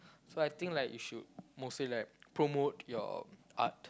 so I think like you should mostly like promote your art